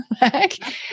back